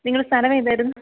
നിങ്ങളുടെ സ്ഥലം ഏതായിരുന്നു